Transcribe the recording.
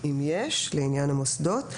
אם יש, לעניין המוסדות.